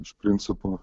iš principo